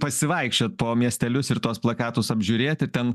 pasivaikščiot po miestelius ir tuos plakatus apžiūrėt ir ten